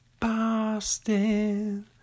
Boston